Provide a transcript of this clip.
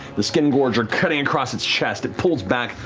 the skingorger cutting across its chest. it pulls back,